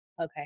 Okay